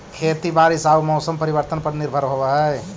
खेती बारिश आऊ मौसम परिवर्तन पर निर्भर होव हई